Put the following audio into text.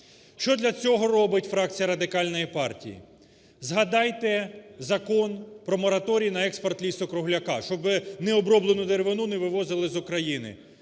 Що для цього робить фракція Радикальної партії? Згадайте Закон про мораторій на експорт лісу-кругляка, щоб не оброблену деревину не вивозили з України.